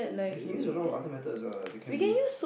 they can use a lot of other methods what they can be